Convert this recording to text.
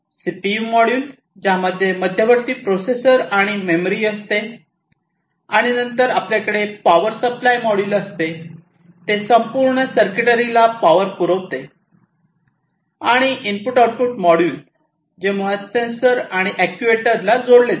CPU module ज्यामध्ये मध्यवर्ती processor आणि मेमरी असते आणि नंतर आपल्याकडे पावर सप्लाय मॉड्यूल असते ते संपूर्ण सर्किटरीला पावर पुरवते आणि इनपुट आउटपुट मॉड्यूल जे मुळात सेन्सर आणि अॅक्ट्यूएटरला जोडते